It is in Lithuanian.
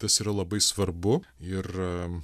tas yra labai svarbu ir